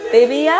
Baby